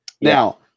Now